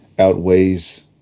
outweighs